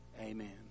Amen